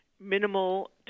minimal